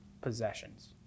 possessions